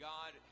God